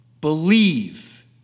believe